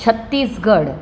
Chhattisgarh